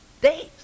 days